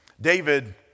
David